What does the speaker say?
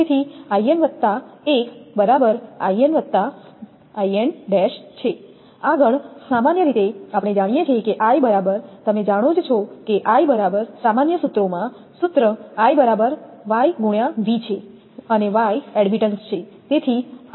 તેથી 𝐼𝑛1 𝐼𝑛બરાબર 𝐼𝑛𝐼𝑛′ છે આગળ સામાન્ય રીતે આપણે જાણીએ છીએ કે I બરાબર તમે જાણો જ છો કે I બરાબર સામાન્ય સૂત્રોમાં સૂત્ર I બરાબર 𝑦×𝑣 છે અને y એડમિટન્સ છે